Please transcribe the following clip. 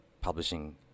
publishing